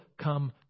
come